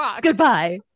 Goodbye